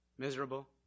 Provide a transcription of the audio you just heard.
Miserable